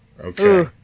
Okay